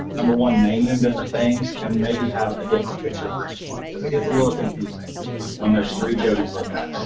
number one, name them different things. and maybe have a different picture for each one because it gets a little confusing when um there is three jody's like